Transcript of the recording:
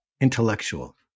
intellectual